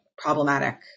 problematic